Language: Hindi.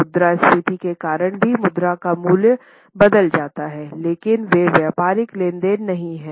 मुद्रा स्फीति के कारण भी मुद्रा का मूल्य बदल जाता है लेकिन वे व्यापारिक लेनदेन नहीं हैं